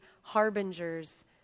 harbingers